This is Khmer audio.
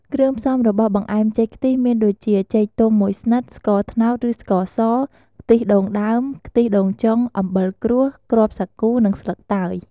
គ្រឿងផ្សំរបស់បង្អែមចេកខ្ទះមានដូចជា ចេកទុំមួយស្និត ស្ករត្នោតឬស្ករស ខ្ទិះដូងដើម ខ្ទិះដូងចុង អំបិលក្រួស គ្រាប់សាគូ និងស្លឺកតើយ។